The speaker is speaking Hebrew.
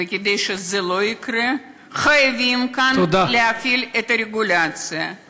וכדי שזה לא יקרה חייבים כאן להפעיל את הרגולציה.